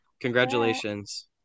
Congratulations